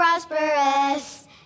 prosperous